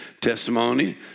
testimony